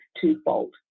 twofold